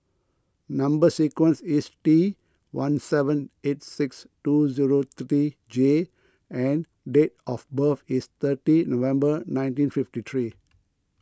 Number Sequence is T one seven eight six two zero three J and date of birth is thirty November nineteen fifty three